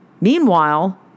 Meanwhile